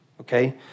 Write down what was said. okay